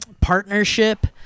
partnership